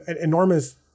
enormous